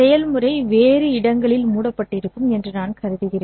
செயல்முறை வேறு இடங்களில் மூடப்பட்டிருக்கும் என்று நான் கருதுவேன்